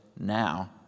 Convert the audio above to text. now